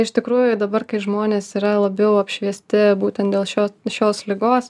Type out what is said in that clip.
iš tikrųjų dabar kai žmonės yra labiau apšviesti būtent dėl šio šios ligos